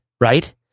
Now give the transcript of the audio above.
right